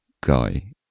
guy